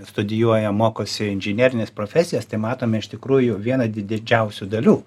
studijuoja mokosi inžinerines profesijas tai matome iš tikrųjų vieną didžiausių dalių